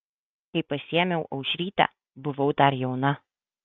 kai pasiėmiau aušrytę buvau dar jauna